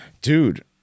Dude